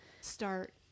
start